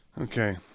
Okay